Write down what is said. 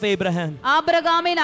Abraham